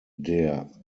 der